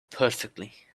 perfectly